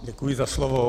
Děkuji za slovo.